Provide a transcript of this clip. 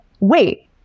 wait